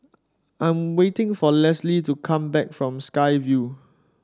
I'm waiting for Lisle to come back from Sky Vue